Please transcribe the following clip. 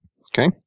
Okay